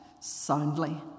soundly